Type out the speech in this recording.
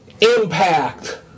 impact